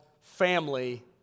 Family